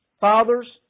Fathers